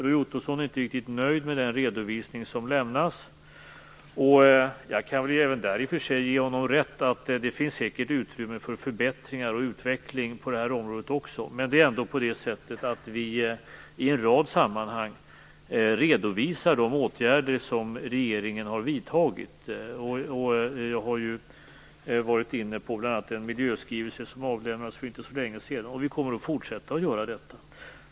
Roy Ottosson är inte riktigt nöjd med den redovisning som lämnas. Jag kan i och för sig även där ge honom rätt i fråga om att det säkert finns utrymme för förbättringar och utveckling även på detta område. Men det är ändå på det sättet att vi i en rad sammanhang redovisar de åtgärder som regeringen har vidtagit. Jag har varit inne på bl.a. en miljöskrivelse som avlämnades för inte så länge sedan. Och vi kommer att fortsätta att göra detta.